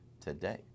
today